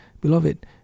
Beloved